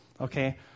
Okay